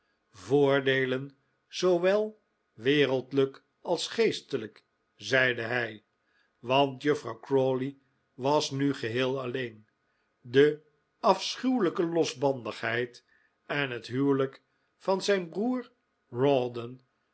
voordeelen zoowel wereldlijk als geestelijk zeide hij want juffrouw crawley was nu geheel alleen de afschuwelijke losbandigheid en het huwelijk van zijn broer